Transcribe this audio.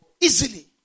Easily